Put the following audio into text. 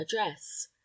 address